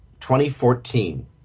2014